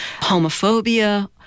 homophobia